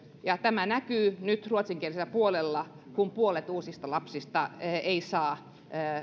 ja tämä näkyy nyt ruotsinkielisellä puolella kun puolet uusista lapsista ei saa